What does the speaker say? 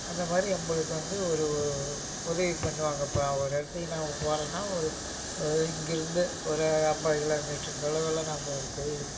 அந்தமாதிரி எம்பளுக்கு வந்து ஒரு உதவி பண்ணுவாங்க இப்போ நான் ஒரு இடத்துக்கு நான் போறேன்னா ஒரு இங்கிருந்து ஒரு இம்பது கிலோமீட்டரு தொலைவில் நம்ம ஒரு கோயிலுக்கு போகிறோம்